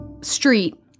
street